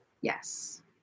Yes